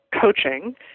coaching